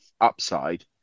upside